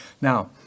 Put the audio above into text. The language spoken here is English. Now